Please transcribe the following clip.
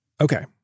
Okay